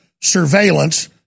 surveillance